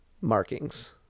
markings